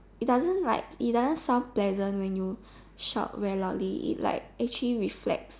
it doesn't like it doesn't sound pleasant when you shout very loudly it like actually reflex